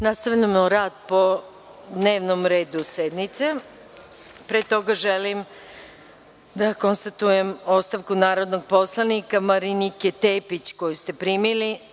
radu. Nastavljamo rad po dnevnom redu sednice. Pre toga želim da konstatujem ostavku narodnog poslanika Marinike Tepić koju ste primili,